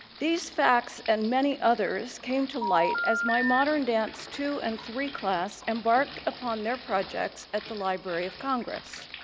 these facts and many others came to light as my modern dance two and three class embarked upon their projects at the library of congress.